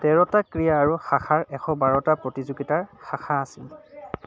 তেৰটা ক্ৰীড়া আৰু শাখাৰ এশ বাৰটা প্ৰতিযোগিতাৰ শাখা আছিল